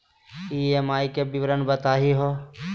EMI के विवरण बताही हो?